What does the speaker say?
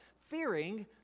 fearing